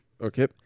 okay